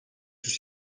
yüz